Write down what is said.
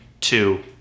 two